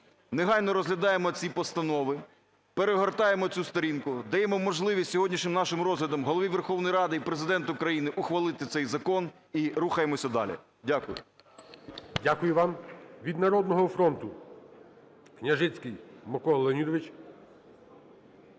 негайно розглядаймо ці постанови. Перегортаємо цю сторінку. Даємо можливість сьогоднішнім нашим розглядом Голові Верховної Ради і Президенту країни ухвалити цей закон, і рухаємося далі. Дякую. ГОЛОВУЮЧИЙ. Дякую вам. Від "Народного фронту" Княжицький Микола Леонідович.